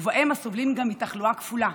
ובהם הסובלים גם מתחלואה כפולה,